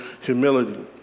humility